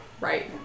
Right